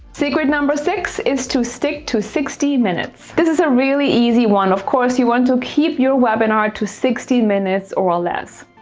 secret number six is to stick to sixty minutes. this is a really easy one. of course, you want to keep your webinar to sixteen minutes or ah less.